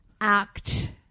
act